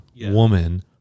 woman